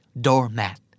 Doormat